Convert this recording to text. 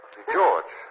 George